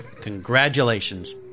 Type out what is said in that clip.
congratulations